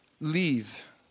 leave